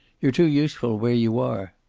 you're too useful where you are.